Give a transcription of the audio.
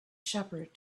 shepherd